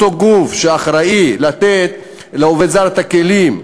אותו גוף שאחראי לתת לעובד זר את הכלים,